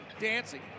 dancing